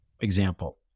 example